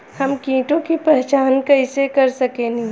हम कीटों की पहचान कईसे कर सकेनी?